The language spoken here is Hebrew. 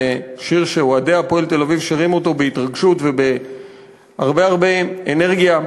זה שיר שאוהדי "הפועל תל-אביב" שרים אותו בהתרגשות ובהרבה הרבה אנרגיה,